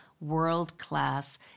world-class